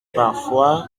parfois